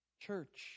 church